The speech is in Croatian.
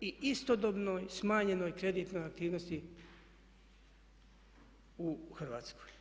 i istodobno smanjenoj kreditnoj aktivnosti u Hrvatskoj.